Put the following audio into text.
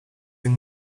een